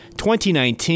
2019